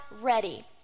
ready